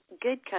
good